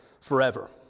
forever